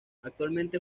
actualmente